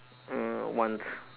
uh once